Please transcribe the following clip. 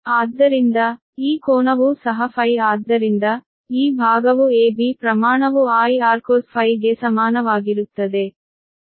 ಆದ್ದರಿಂದ ಈ ಕೋನವೂ ಸಹ Φ ಆದ್ದರಿಂದ ಈ ಭಾಗವು AB ಪ್ರಮಾಣವು I R cos⁡∅ ಗೆ ಸಮಾನವಾಗಿರುತ್ತದೆ